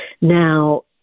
Now